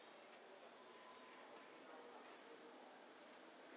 mm